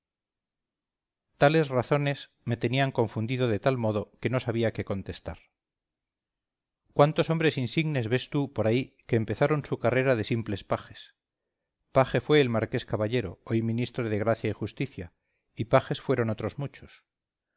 tales razones me tenían confundido de tal modo que no sabía qué contestar cuántos hombres insignes ves tú por ahí que empezaron su carrera de simples pajes paje fue el marqués caballero hoy ministro de gracia y justicia y pajes fueron otros muchos